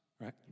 right